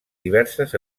diverses